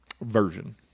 Version